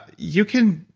you can,